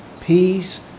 peace